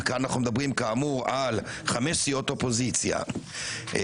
כאן אנחנו מדברים על חמש סיעות אופוזיציה כאמור,